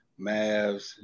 Mavs